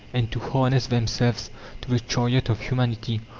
and to harness themselves to the chariot of humanity,